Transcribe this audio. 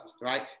right